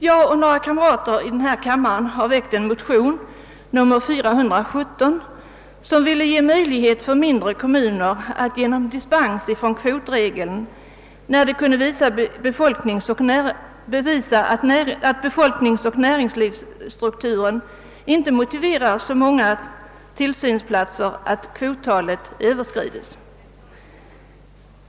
Jag och några kamrater i denna kammare har väckt en motion, nr 417, som vill ge möjlighet för mindre kommuner att få dispens från kvotregeln, när de kan visa att befolkningsoch näringslivsstrukturen inte motiverar så mänga tillsynsplatser att kvottalet uppnås.